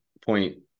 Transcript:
point